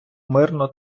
мирно